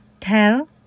tell